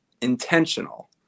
intentional